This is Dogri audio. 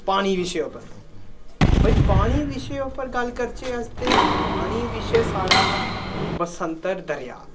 पानी विशे उप्पर भाई पानी विशे उप्पर गल्ल करचै अस ते पानी विशे साढ़ा बसंतर दरेआ